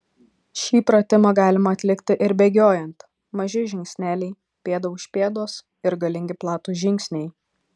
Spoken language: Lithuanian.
šį pratimą galima atlikti ir bėgiojant maži žingsneliai pėda už pėdos ir galingi platūs žingsniai